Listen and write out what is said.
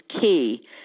key